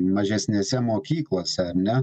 mažesnėse mokyklose ar ne